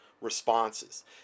responses